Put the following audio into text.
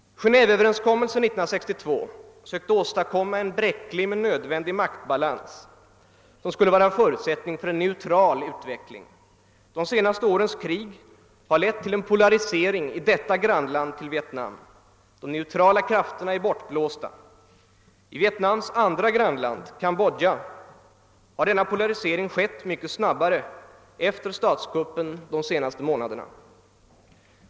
Gentveöverenskommelsen 1962 sökte åstadkomma en bräcklig men nödvändig maktbalans, som skulle vara förutsättningen för en neutral utveckling. De senaste årens krig har lett till en polarisering i detta grannland till Vielnam. De neutrala krafterna är bortblåsta. I Vietnams andra grannland, Kambodja, har denna polarisering skett mycket snabbare efter statskuppen de senaste månaderna.